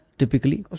typically